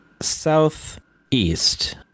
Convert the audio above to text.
southeast